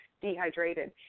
dehydrated